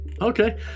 Okay